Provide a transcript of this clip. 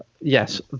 yes